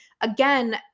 Again